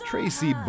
Tracy